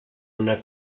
una